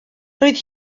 roedd